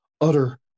utter